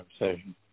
obsession